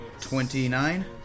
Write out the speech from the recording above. Twenty-nine